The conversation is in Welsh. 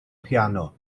piano